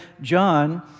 John